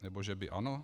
Nebo že by ano?